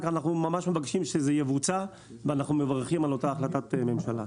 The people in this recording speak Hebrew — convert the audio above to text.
רק אנחנו ממש מבקשים שזה יבוצע ואנחנו מברכים על אותה החלטת ממשלה.